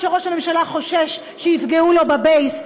כשראש הממשלה חושש שיפגעו לו ב-base,